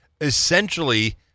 essentially